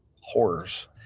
horrors